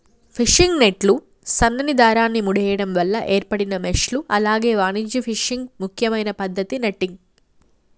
fishing నెట్లు సన్నని దారాన్ని ముడేయడం వల్ల ఏర్పడిన మెష్లు అలాగే వాణిజ్య ఫిషింగ్ ముఖ్యమైన పద్దతి నెట్టింగ్